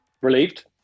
Relieved